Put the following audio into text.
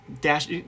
dash